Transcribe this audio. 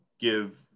give